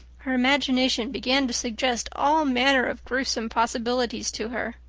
her imagination began to suggest all manner of gruesome possibilities to her.